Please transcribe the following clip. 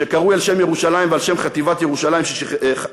שקרוי על שם ירושלים ועל שם חטיבת ירושלים "הראל",